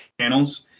channels